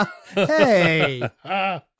hey